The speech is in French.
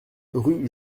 rue